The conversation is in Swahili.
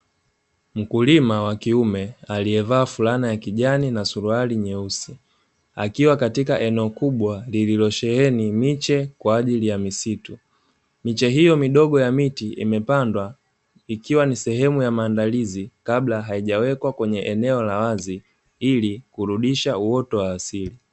Mkulima wa kiume aliyevaa fulana ya kijani na suruali nyeusi, akiwa katika eneo kubwa lililosheheni miche kwaajili ya misitu miche hiyo midogo ya miti imepandwa ikiwa ni sehemu ya maandalizi kabla ya haijawekwa kwenye eneo la wazi ili kurudisha uoto wa asili.